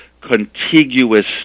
contiguous